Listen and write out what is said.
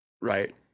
Right